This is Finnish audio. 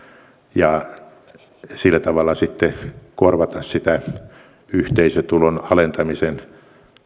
ja sillä tavalla sitten korvata yhteisöveron alentamisen